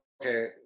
okay